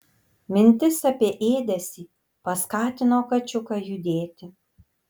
mintis apie ėdesį paskatino kačiuką judėti